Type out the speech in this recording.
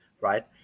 right